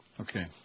Okay